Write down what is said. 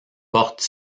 porte